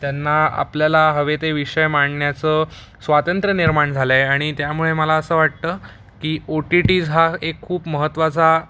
त्यांना आपल्याला हवे ते विषय मांडण्याचं स्वातंत्र्य निर्माण झालंय आणि त्यामुळे मला असं वाटतं की ओ टी टी ज हा एक खूप महत्त्वाचा